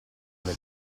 alle